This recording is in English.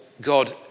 God